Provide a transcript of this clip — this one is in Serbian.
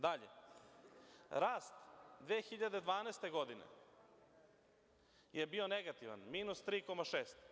Dalje, rast 2012. godine je bio negativan, minus 3,6.